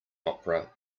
opera